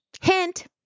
Hint